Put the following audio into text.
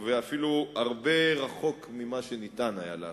ואפילו רחוק מאוד ממה שניתן היה לעשות.